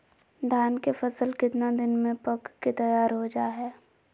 धान के फसल कितना दिन में पक के तैयार हो जा हाय?